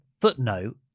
footnote